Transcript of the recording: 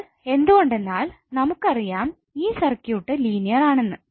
ഇത് എന്തുകൊണ്ടെന്നാൽ നമുക്കറിയാം ഈ സർക്യൂട്ട് ലീനിയർ ആണെന്ന്